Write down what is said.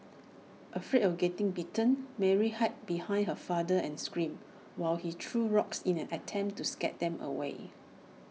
afraid of getting bitten Mary hide behind her father and screamed while he threw rocks in an attempt to scare them away